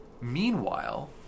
meanwhile